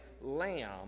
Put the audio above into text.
lamb